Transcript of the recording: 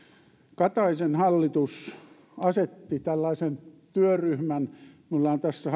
kataisen hallitus asetti tällaisen työryhmän minulla on tässä